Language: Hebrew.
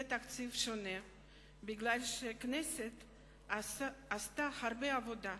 הוא תקציב שונה מפני שהכנסת עשתה הרבה עבודה.